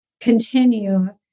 continue